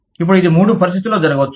ఇప్పుడు ఇది మూడు పరిస్థితులలో జరగవచ్చు